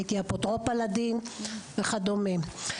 הייתי אפוטרופוס לדין וכדומה.